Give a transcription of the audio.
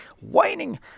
whining